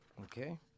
okay